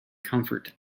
comfort